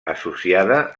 associada